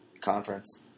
conference